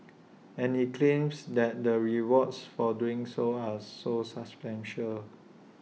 and he claims that the rewards for doing so are so substantial